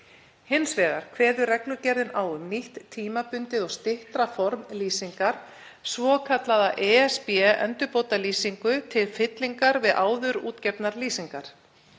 Hins vegar kveður reglugerðin á um nýtt tímabundið og styttra form lýsingar, svokallaða ESB-endurbótalýsingu, til fyllingar við áður útgefnar lýsingar.